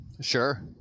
Sure